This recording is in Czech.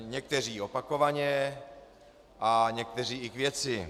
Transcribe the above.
Někteří opakovaně a někteří i k věci.